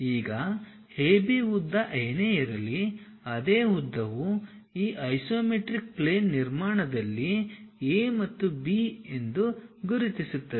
ಈಗ ಎಬಿ ಉದ್ದ ಏನೇ ಇರಲಿ ಅದೇ ಉದ್ದವು ಈ ಐಸೊಮೆಟ್ರಿಕ್ ಪ್ಲೇನ್ ನಿರ್ಮಾಣದಲ್ಲಿ ಎ ಮತ್ತು ಬಿ ಎಂದು ಗುರುತಿಸುತ್ತದೆ